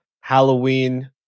Halloween